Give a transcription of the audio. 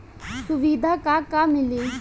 सुविधा का का मिली?